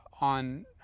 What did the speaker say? on